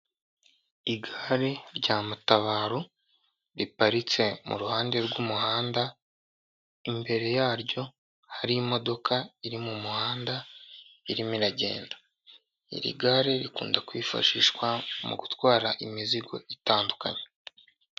Igare rya matabaro riparitse mu ruhande rw'umuhanda, imbere yaryo hari imodoka iri mu muhanda irimo iragenda, iri gare rikunda kwifashishwa mu gutwara imizigo itandukanye.